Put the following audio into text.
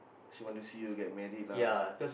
she want to see you get married lah